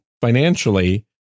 financially